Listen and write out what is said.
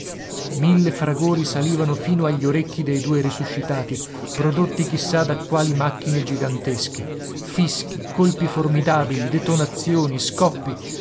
mille fragori salivano fino agli orecchi dei due risuscitati prodotti chissà da quali macchine gigantesche fischi colpi formidabili detonazioni scoppi